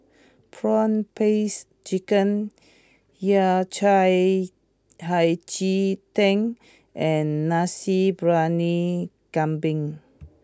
Prawn Paste Chicken Yao Cai Hei Ji Tang and Nasi Briyani Kambing